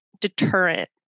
deterrent